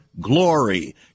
glory